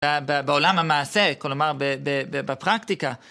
בעולם המעשה, כלומר בפרקטיקה.